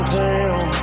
town